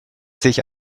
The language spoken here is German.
sich